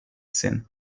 syn